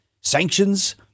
sanctions